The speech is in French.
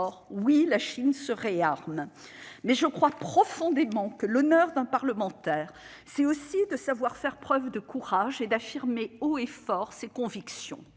; oui, la Chine se réarme. Mais je crois profondément que l'honneur d'un parlementaire, c'est aussi de savoir faire preuve de courage et d'affirmer haut et fort ses convictions.